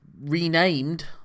renamed